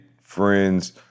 friends